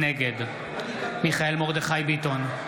נגד מיכאל מרדכי ביטון,